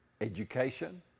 education